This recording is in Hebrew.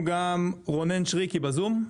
רונן שריקי נמצא בזום?